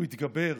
הוא התגבר,